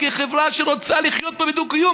כחברה שרוצה לחיות פה בדו-קיום